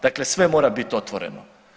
Dakle, sve mora biti otvoreno.